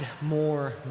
more